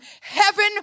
Heaven